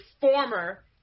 former